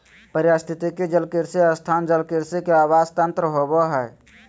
पारिस्थितिकी जलकृषि स्थान जलकृषि के आवास तंत्र होबा हइ